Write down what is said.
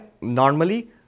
normally